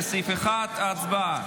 לסעיף 1. הצבעה.